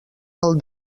del